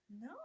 No